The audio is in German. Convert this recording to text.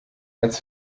als